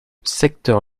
secteur